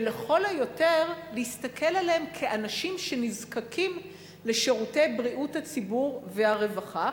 ולכל היותר להסתכל עליהם כאנשים שנזקקים לשירותי בריאות הציבור והרווחה.